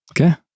Okay